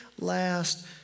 last